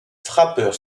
frappeur